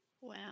Wow